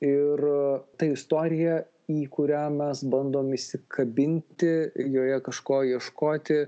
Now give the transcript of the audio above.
ir ta istorija į kurią mes bandom įsikabinti joje kažko ieškoti